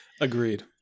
Agreed